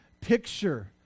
picture